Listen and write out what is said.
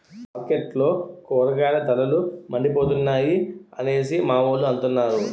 మార్కెట్లో కూరగాయల ధరలు మండిపోతున్నాయి అనేసి మావోలు అంతన్నారు